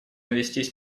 вестись